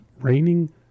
raining